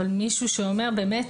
אבל מישהו שאומר באמת,